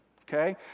okay